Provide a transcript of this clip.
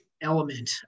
element